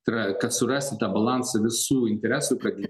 tai yra kad surasti tą balansą visų interesų kad